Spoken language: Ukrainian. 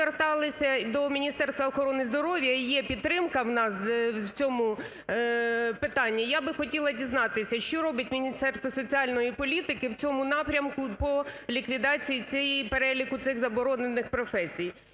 зверталися до Міністерства охорони здоров'я і є підтримка в нас в цьому питанні. Я би хотіла дізнатися що робить Міністерство соціальної політики в цьому напрямку по ліквідації переліку цих заборонених професій?